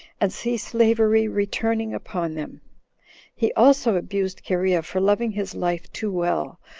and see slavery returning upon them he also abused cherea for loving his life too well,